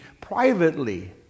privately